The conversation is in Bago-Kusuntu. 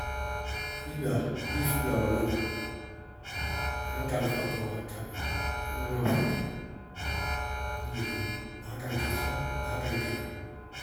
Fiba bɩɩ fiba wɛná nɩ, ŋñgáŋ fátɔɔwá ka gnɔ. Ñ gnɔwá fátɔ bʋʋ yele nɩ. Baá gáŋ ka sɔ, baá gáŋ ka gnɔ.